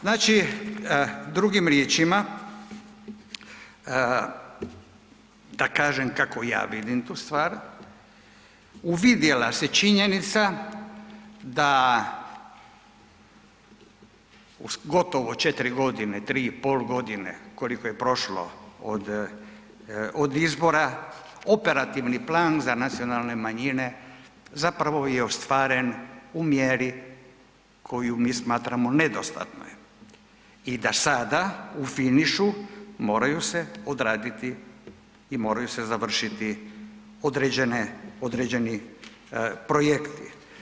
Znači drugim riječima, da kažem kako ja vidim tu stvar, uvidjela se činjenica da gotovo 4 godine 3,5 godine koliko je prošlo od izbora, operativni plan za nacionalne manjine zapravo je ostvaren u mjeri koju mi smatramo nedostatnoj i da sada u finišu moraju se odraditi i moraju se završiti određeni projekti.